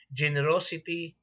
generosity